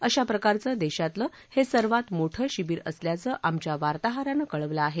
अशाप्रकारचं देशातलं हे सर्वाता मोठं शिबीर असल्याचं आमच्या वार्ताहरानं कळवलं आहे